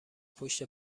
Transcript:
پشت